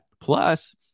Plus